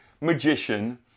magician